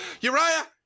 Uriah